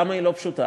למה היא לא פשוטה?